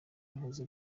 mpuze